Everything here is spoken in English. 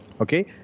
Okay